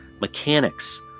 mechanics